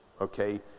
okay